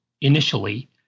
initially